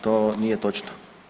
To nije točno.